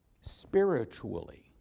spiritually